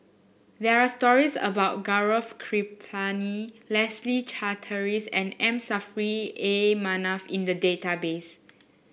there are stories about Gaurav Kripalani Leslie Charteris and M Saffri A Manaf in the database